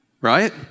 right